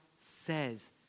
says